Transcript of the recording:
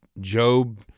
Job